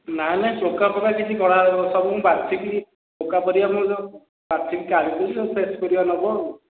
ନା ନା ପୋକ ଫୋକ କିଛି ଖରାପ ସବୁ ମୁଁ ବାଛିକି ପୋକ ପରିବା ମୁଁ ବାଛି କି କାଢିଦେବି ଫ୍ରେସ୍ ପରିବା ନେବ ଆଉ